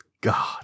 god